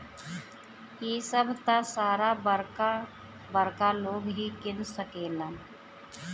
इ सभ त सारा बरका बरका लोग ही किन सकेलन